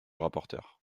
rapporteur